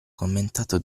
commentato